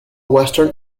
western